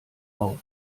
auf